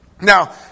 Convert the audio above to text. Now